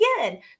again